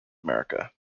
america